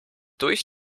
durch